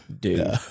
dude